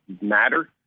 matter